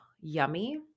yummy